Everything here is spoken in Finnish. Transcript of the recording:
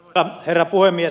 arvoisa herra puhemies